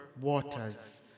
waters